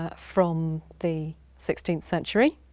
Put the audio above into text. ah from the sixteenth century,